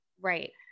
Right